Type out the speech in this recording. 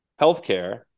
healthcare